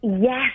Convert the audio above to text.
Yes